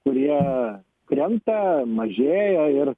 kurie krenta mažėja ir